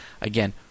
Again